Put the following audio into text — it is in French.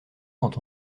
quand